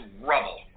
rubble